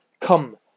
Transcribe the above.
come